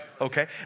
Okay